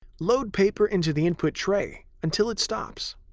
load paper into the input tray until it stops.